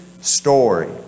story